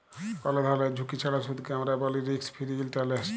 call ধরলের ঝুঁকি ছাড়া সুদকে আমরা ব্যলি রিস্ক ফিরি ইলটারেস্ট